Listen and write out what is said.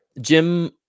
Jim